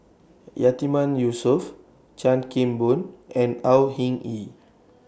Yatiman Yusof Chan Kim Boon and Au Hing Yee